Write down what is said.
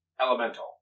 Elemental